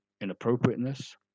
inappropriateness